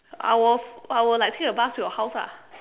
I will I will like take a bus to your house ah